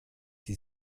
die